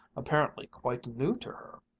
apparently quite new to her.